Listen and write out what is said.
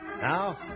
Now